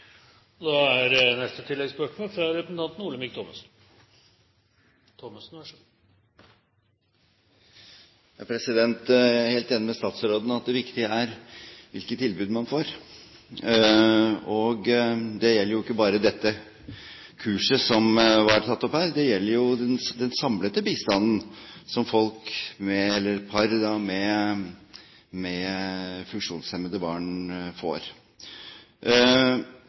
Olemic Thommessen – til oppfølgingsspørsmål. Jeg er helt enig med statsråden i at det viktige er hvilke tilbud man får. Det gjelder jo ikke bare det kurset som ble tatt opp her, det gjelder den samlede bistanden som par med